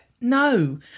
no